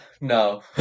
No